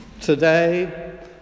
today